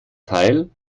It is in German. teil